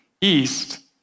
east